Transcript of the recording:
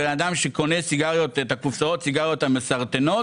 בן אדם שקונה את קופסאות הסיגריות מסרטנות,